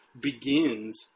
begins